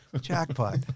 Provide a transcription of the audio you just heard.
jackpot